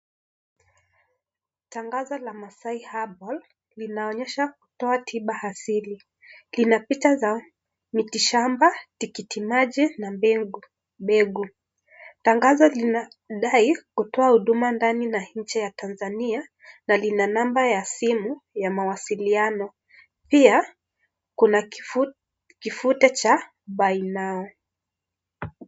Tangazo ya maasai herbal linaonyesha kua tiba asili . Kina picha za miti shamba, tikiti maji na mbegu. Tangazo linadai kutoa huduma ndani na nje ya Tanzania na lina namba ya simu ya mawasiliano. Pia kina kifute cha buy now